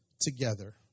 together